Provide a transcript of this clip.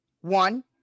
one